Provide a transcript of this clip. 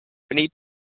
പിന്നെ ഈ